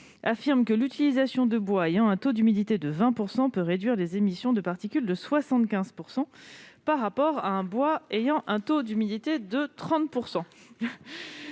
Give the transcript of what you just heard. indique que l'utilisation de bois ayant un taux d'humidité de 20 % peut réduire les émissions de particules de 75 % par rapport à celle d'un bois présentant un taux d'humidité de 30 %.